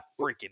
freaking